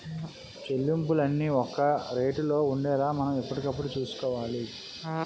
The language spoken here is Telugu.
చెల్లింపులన్నీ ఒక రేటులో ఉండేలా మనం ఎప్పటికప్పుడు చూసుకోవాలి